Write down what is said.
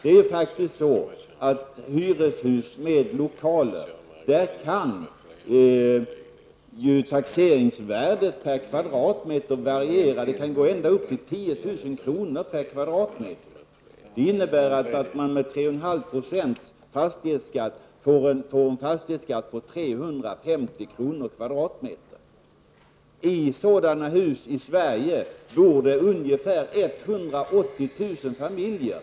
När det gäller hyreshus med lokaler kan taxeringsvärdet variera och uppgå till 10 000 kr. m2. I sådana hus i Sverige bor det ungefär 180 000 familjer.